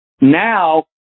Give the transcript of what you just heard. Now